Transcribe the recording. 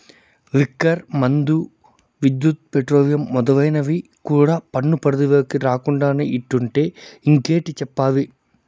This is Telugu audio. లిక్కర్ మందు, విద్యుత్, పెట్రోలియం మొదలైనవి కూడా పన్ను పరిధిలోకి రాకుండానే ఇట్టుంటే ఇంకేటి చెప్పాలి